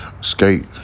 skate